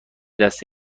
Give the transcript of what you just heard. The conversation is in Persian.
دست